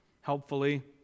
helpfully